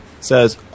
says